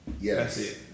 Yes